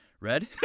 Red